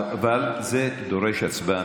אבל זה דורש הצבעה,